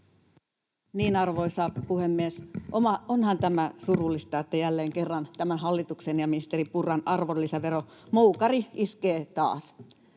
Arvoisa puhemies! Onhan tämä surullista, että jälleen kerran tämän hallituksen ja ministeri Purran arvonlisäveromoukari iskee taas.